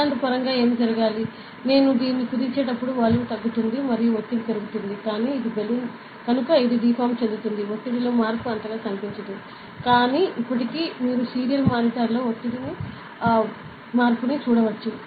సిద్ధాంతపరంగా ఏమి జరగాలి నేను దీన్ని కుదించేటప్పుడు వాల్యూమ్ తగ్గుతుంది మరియు ఒత్తిడి పెరుగుతుంది కానీ ఇది బెలూన్ కనుక ఇది డిఫార్మ్ చెందుతుంది ఒత్తిడి లో మార్పు అంతగా కనిపించదు కానీ ఇప్పటికీ మీరు సీరియల్ మానిటర్లో ఒత్తిడి మార్పును చూడవచ్చు